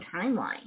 timeline